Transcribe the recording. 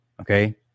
Okay